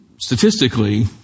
statistically